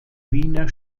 wiener